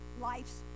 life's